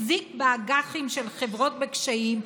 החזיק באג"חים של חברות בקשיים,